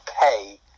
pay